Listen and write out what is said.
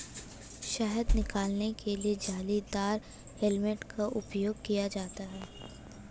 शहद निकालने के लिए जालीदार हेलमेट का उपयोग किया जाता है